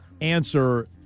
answer